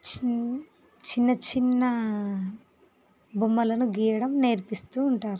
చిన్న చిన్న బొమ్మలను గీయడం నేర్పిస్తు ఉంటారు